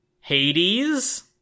Hades